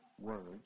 words